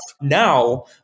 now